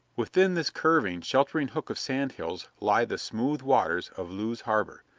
within this curving, sheltering hook of sand hills lie the smooth waters of lewes harbor,